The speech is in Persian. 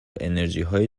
انرژیهای